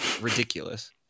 ridiculous